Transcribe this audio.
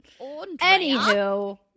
Anywho